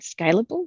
scalable